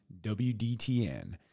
wdtn